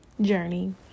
journey